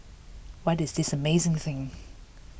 what is this amazing thing